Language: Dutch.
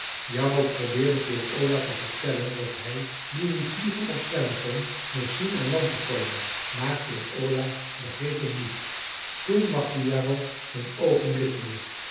jarro probeerde peer ola te vertellen dat hij die niet vliegen of zwemmen kon moest zien aan land te komen maar peer ola begreep hem niet toen wachtte jarro geen oogenblik meer